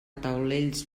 taulells